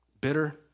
bitter